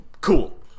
cool